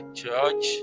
church